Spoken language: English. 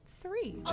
three